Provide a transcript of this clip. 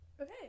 Okay